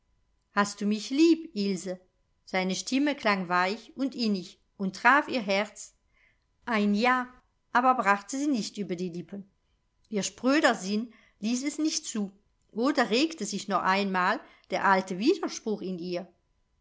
hast du mich lieb ilse seine stimme klang weich und innig und traf ihr herz ein ja aber brachte sie nicht über die lippen ihr spröder sinn ließ es nicht zu oder regte sich noch einmal der alte widerspruch in ihr